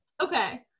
Okay